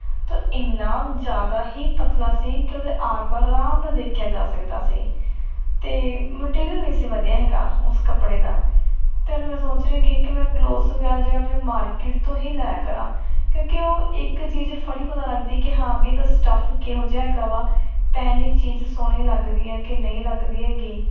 ਤਾਂ ਇੰਨਾਂ ਜ਼ਿਆਦਾ ਹੀ ਪਤਲਾ ਸੀ ਕਿ ਉਹਦੇ ਆਰ ਪਾਰ ਆਰਾਮ ਨਾਲ ਦੇਖਿਆ ਜਾ ਸਕਦਾ ਸੀ ਅਤੇ ਮਟੀਰੀਅਲ ਨਹੀਂ ਸੀ ਵਧੀਆ ਹੈਗਾ ਉਸ ਕੱਪੜੇ ਦਾ ਅਤੇ ਹੁਣ ਮੈਂ ਸੋਚ ਰਹੀ ਹੈਗੀ ਕਿ ਮੈਂ ਕਲੋਥਸ ਵਗੈਰਾ ਜਿਹੜਾ ਆਪਣਾ ਮਾਰਕਿਟ ਤੋਂ ਹੀ ਲਿਆ ਕਰਾਂ ਕਿਉਂਕਿ ਉਹ ਇੱਕ ਚੀਜ਼ ਫੜੀ ਪਤਾ ਲੱਗਦੀ ਕਿ ਹਾਂ ਵੀ ਇਹਦਾ ਸਟੱਫ ਕਿਹੋ ਜਿਹਾ ਹੈਗਾ ਵਾ ਪਹਿਨੀ ਚੀਜ਼ ਸੋਹਣੀ ਲੱਗਦੀ ਹੈ ਕਿ ਨਹੀਂ ਲੱਗਦੀ ਹੈਗੀ